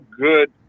good